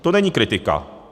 To není kritika.